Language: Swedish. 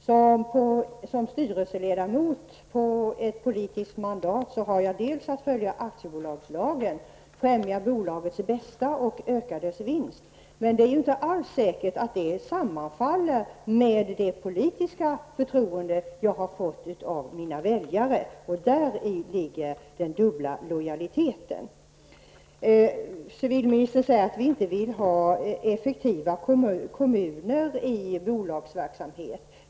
Som styrelseledamot på ett politiskt mandat har jag att följa aktiebolagslagen, främja bolagets bästa och öka dess vinst, men det är inte alls säkert att detta sammanfaller med det politiska förtroende jag fått av mina väljare. Däri ligger den dubbla lojaliteten. Civilministern säger att vi inte vill ha effektiva kommuner i bolagsverksamhet.